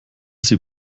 sie